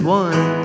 one